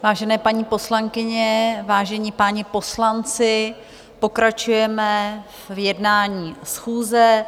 Vážené paní poslankyně, vážení páni poslanci, pokračujeme v jednání schůze.